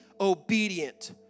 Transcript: obedient